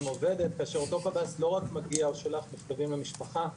עובדת כאשר אותו קב"ס לא רק מגיע או שולח מכתבים למשפחה,